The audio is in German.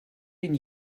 den